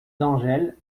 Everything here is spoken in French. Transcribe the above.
d’angèle